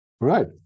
Right